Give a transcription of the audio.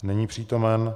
Není přítomen.